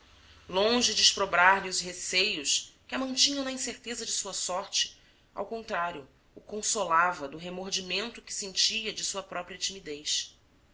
de exprobrar lhe os receios que a mantinham na incerteza de sua sorte ao contrário o consolava do remordimento que sentia de sua própria timidez